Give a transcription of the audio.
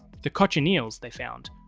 the cochineals, they found,